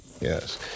Yes